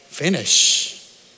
finish